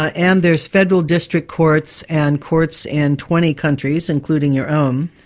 ah and there's federal district courts and courts in twenty countries, including your own.